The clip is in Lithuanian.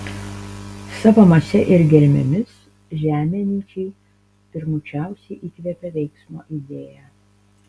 savo mase ir gelmėmis žemė nyčei pirmučiausiai įkvepia veiksmo idėją